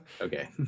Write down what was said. okay